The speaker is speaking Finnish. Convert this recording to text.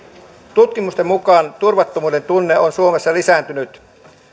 tutkimusten mukaan turvattomuuden tunne on suomessa lisääntynyt